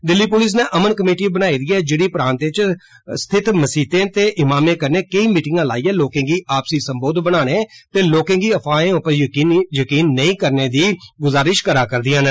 Delhi police नै 'अमन committee' बनाई दी ऐ जेड़ी प्रांत इच स्थित मस्जिदें दे इमामें कन्नै केंई मीटिंगा लाईयै लोकें गी आपसी संबोद बनाने ते लोकें गी अफवाहें उप्पर यकीन नेईं करने दी गुजारिश करा करदियां न